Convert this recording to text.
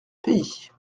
pays